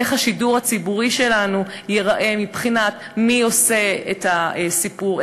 איך השידור הציבורי שלנו ייראה מבחינת מי עושה את הסיפור,